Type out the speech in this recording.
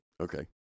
Okay